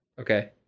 Okay